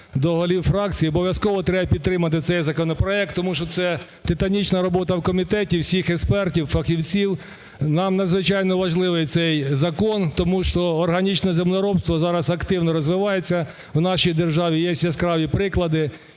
до голів фракцій, обов'язково треба підтримати цей законопроект, тому що це титанічна робота в комітеті, всіх експертів, фахівців. Нам надзвичайно важливий цей закон, тому що органічне землеробство зараз активно розвивається в нашій державі, є яскраві приклади.